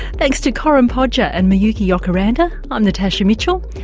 thanks to corinne podger and miyuki jokiranta, i'm natasha mitchell.